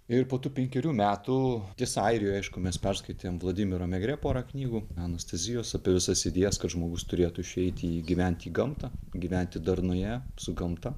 ir po tų penkerių metų tiesa airijoje aišku mes perskaitėm vladimiro megrė pora knygų anastasijos apie visas idėjas kad žmogus turėtų išeiti į gyventi į gamtą gyventi darnoje su gamta